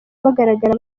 bagaragara